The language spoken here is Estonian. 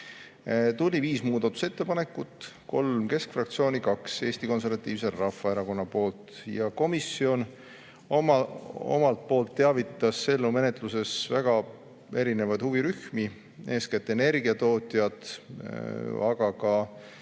Tuli viis muudatusettepanekut, kolm keskfraktsioonilt, kaks Eesti Konservatiivse Rahvaerakonna fraktsioonilt. Komisjon omalt poolt teavitas eelnõu menetluses väga erinevaid huvirühmi, eeskätt energiatootjaid, aga ka